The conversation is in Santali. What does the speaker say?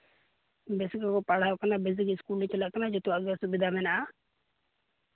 ᱵᱮᱥ ᱜᱮᱠᱚ ᱯᱟᱲᱦᱟᱣ ᱠᱟᱱᱟ ᱵᱮᱥ ᱜᱮ ᱤᱥᱠᱩᱞ ᱞᱮ ᱪᱟᱞᱟᱜ ᱠᱟᱱᱟ ᱡᱚᱛᱚᱣᱟᱜ ᱜᱮ ᱥᱩᱵᱤᱫᱷᱟ ᱢᱮᱱᱟᱜᱼᱟ